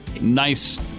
Nice